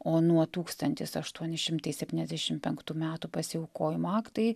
o nuo tūkstantis aštuoni šimtai septyniasdešim penktų metų pasiaukojimo aktai